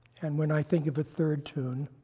and when i think of a third tune,